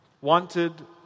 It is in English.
wanted